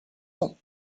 sont